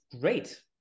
great